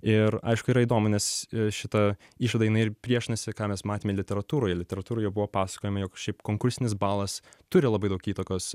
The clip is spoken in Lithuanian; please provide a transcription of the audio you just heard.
ir aišku yra įdomu nes šita išvada jinai ir priešinasi ką mes matėme literatūroj literatūroje buvo pasakojama jog šiaip konkursinis balas turi labai daug įtakos